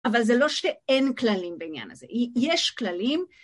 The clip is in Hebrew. אבל זה לא שאין כללים בעניין הזה, יש כללים.